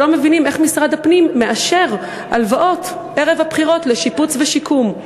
שלא מבינים איך משרד הפנים מאשר ערב הבחירות הלוואות לשיפוץ ושיקום.